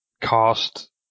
cost